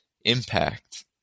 impact